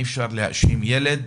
אי אפשר להאשים ילד